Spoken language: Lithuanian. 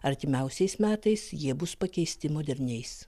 artimiausiais metais jie bus pakeisti moderniais